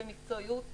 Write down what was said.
במקצועיות,